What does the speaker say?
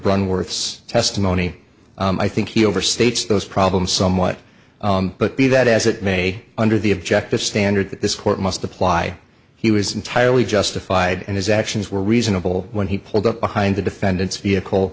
brown worth's testimony i think he overstates those problems somewhat but be that as it may under the objective standard that this court must apply he was entirely justified and his actions were reasonable when he pulled up behind the defendant's vehicle